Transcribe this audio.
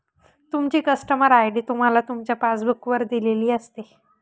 तुमची customer ID तुम्हाला तुमच्या पासबुक वर दिलेली असते